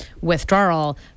withdrawal